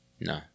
No